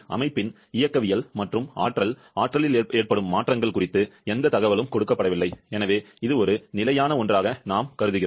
அமைப்பின் இயக்கவியல் மற்றும் ஆற்றல் ஆற்றலில் ஏற்படும் மாற்றங்கள் குறித்து எந்த தகவலும் கொடுக்கப்படவில்லை எனவே இது ஒரு நிலையான ஒன்றாக நாம் கருதுகிறோம்